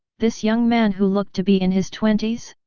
this young man who looked to be in his twenties?